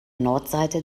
nordseite